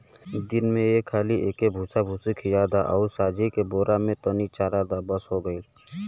दिन में एक हाली एके भूसाभूसी खिया द अउरी सांझी के बेरा में तनी चरा द बस हो गईल